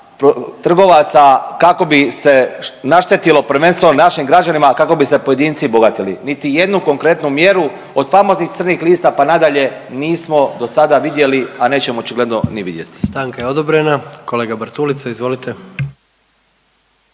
trgovaca kako bi se naštetilo prvenstveno naših građanima i kako bi se pojedinci bogatili? Niti jednu konkretnu mjeru od famoznih crnih lista, pa nadalje nismo dosada vidjeli, a nećemo očigledno ni vidjeti.